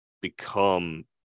become